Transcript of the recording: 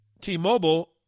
T-Mobile